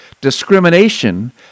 discrimination